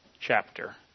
chapter